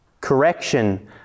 Correction